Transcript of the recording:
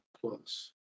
Plus